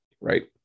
right